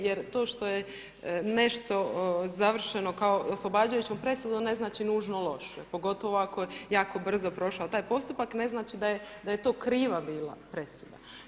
Jer to što je nešto završeno kao oslobađajućom presudom ne znači nužno loše, pogotovo ako je jako brzo prošao taj postupak ne znači da je to kriva bila presuda.